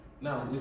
Now